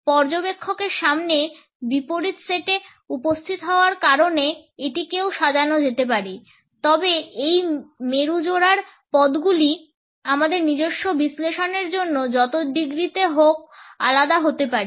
পর্যবেক্ষকের সামনে বিপরীত সেটে উপস্থিত হওয়ার কারণে এটিকেও সাজানো যেতে পারে তবে এই মেরু জোড়ার পদগুলি আমাদের নিজস্ব বিশ্লেষণের জন্য যত ডিগ্রীতে হোক আলাদা হতে পারে